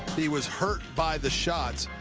he was hurt by the shot.